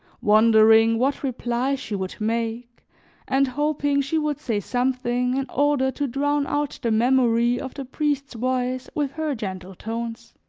wondering what reply she would make and hoping she would say something in order to drown out the memory of the priest's voice with her gentle tones.